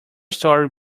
story